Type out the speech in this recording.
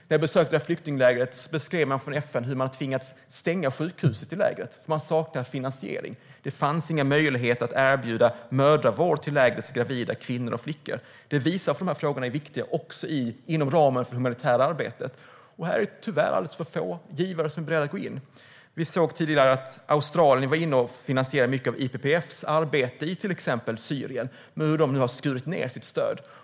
När jag besökte flyktinglägret beskrev man från FN hur man tvingats stänga lägrets sjukhus eftersom man saknade finansiering. Det fanns inga möjligheter att erbjuda mödravård till lägrets gravida kvinnor och flickor. Det visar varför dessa frågor är viktiga också inom ramen för det humanitära arbetet, och det är tyvärr alldeles för få givare som är beredda att gå in. Vi såg tidigare att Australien var inne och finansierade mycket av IPPF:s arbete i till exempel Syrien men att landet nu har skurit ned sitt stöd.